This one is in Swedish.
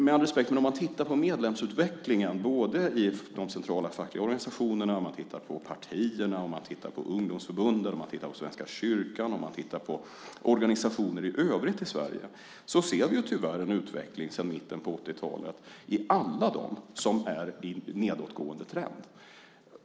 Med all respekt, men när det gäller medlemsutvecklingen i de centrala fackliga organisationerna, i partierna och ungdomsförbunden, Svenska kyrkan och organisationer i övrigt i Sverige sedan mitten av 80-talet är det en nedåtgående trend.